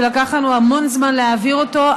שלקח לנו המון זמן להעביר אותו,